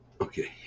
Okay